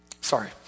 Sorry